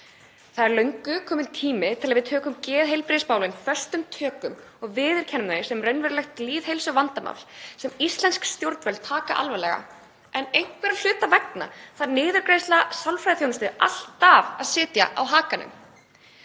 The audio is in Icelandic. Það er löngu kominn tími til að við tökum geðheilbrigðismálin föstum tökum og viðurkennum þau sem raunverulegt lýðheilsuvandamál sem íslensk stjórnvöld taka alvarlega. En einhverra hluta vegna þarf niðurgreiðsla sálfræðiþjónustu alltaf að sitja á hakanum.